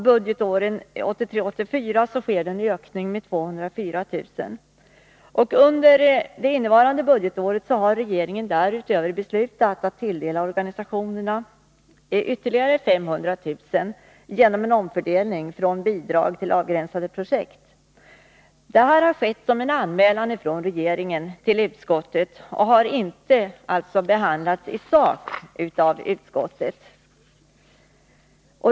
Budgetåret 1983/84 sker en ökning med 204 000 kr. Under innevarande budgetår har regeringen därutöver beslutat att tilldela organisationerna ytterligare 500 000 kr. genom en omfördelning från bidrag till avgränsade projekt. Detta har skett som en anmälan från regeringen till utskottet och har alltså inte behandlats i sak av utskottet.